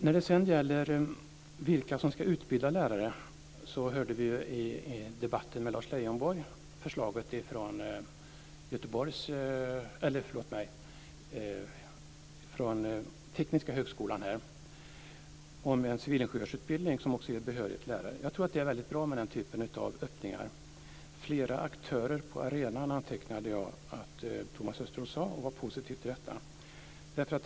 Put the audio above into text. När det sedan gäller vilka som ska utbilda lärare hörde vi i debatten med Lars Leijonborg förslaget från Tekniska högskolan om en civilingenjörsutbildning som också ger behörighet till lärare. Jag tror att det är väldigt bra med den typen av öppningar. Flera aktörer på arenan, antecknade jag att Thomas Östros sade, och han var positiv till detta.